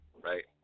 right